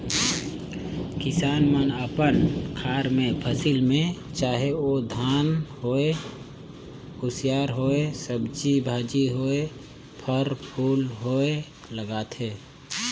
किसान मन अपन खार मे फसिल में चाहे ओ धान होए, कुसियार होए, सब्जी भाजी होए, फर फूल होए लगाथे